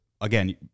again